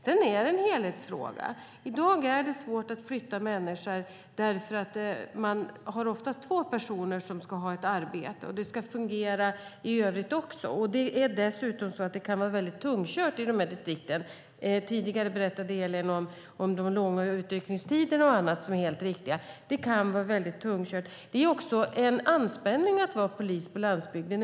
Sedan är det en helhetsfråga. Det är svårt att flytta människor, för man är oftast två personer som ska ha arbete, och det ska fungera i övrigt också. Dessutom kan det vara väldigt tungkört i de här distrikten. Tidigare berättade Elin om de långa utryckningstiderna och annat, och det är helt riktigt. Det är också en anspänning att vara polis på landsbygden.